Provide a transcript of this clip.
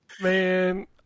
Man